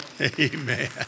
Amen